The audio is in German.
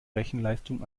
rechenleistung